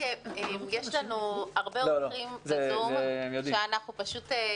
יש לנו הרבה אורחים בזום שלצערנו,